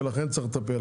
ולכן, צריך לטפל.